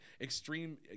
extreme